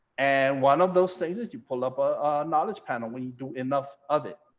and one of those stages you pull up a knowledge panel when you do enough of it.